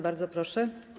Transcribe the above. Bardzo proszę.